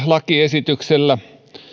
lakiesityksellä